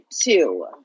two